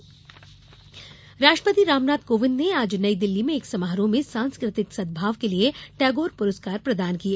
राष्ट्रपति टैगोर पुरस्कार राष्ट्रपति रामनाथ कोविंद ने आज नई दिल्ली में एक समारोह में सांस्कृतिक सद्भाव के लिए टेगौर पुरस्कार प्रदान किए